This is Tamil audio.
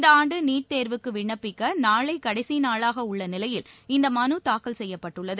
இந்த ஆண்டு நீட் தேர்வுக்கு விண்ணப்பிக்க நாளை கடைசி நாளாக உள்ள நிலையில் இந்த மனு தாக்கல் செய்யப்பட்டுள்ளது